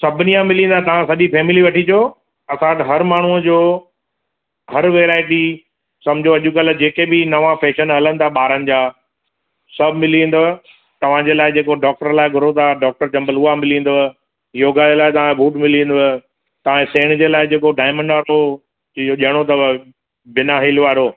सभिनी जा मिली वेंदा तव्हां सॼी फैमिली वठी अचो असां वटि हर माण्हूअ जो हर वैराइअटी समुझो अॼुकल्ह जेके बि नवां फ़ेशन हलनि था ॿारनि जा सभु मिली वेंदव तव्हां जे लाइ जेको डॉक्टर लाइ घुरो था डॉक्टर चंपल उहा मिली वेंदव योगा जे लाइ तव्हांखे बूट मिली वेंदव तव्हांजे सेण जे लाइ जेको डायमंड आहे उहो इहो ॾियणो अथव बिना हील वारो